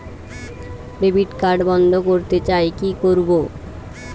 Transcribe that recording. Debit card বন্ধ করতে চাই কি করব?